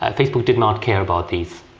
ah facebook did not care about this.